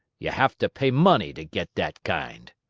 ye have to pay money to get that kind.